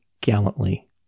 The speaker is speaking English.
gallantly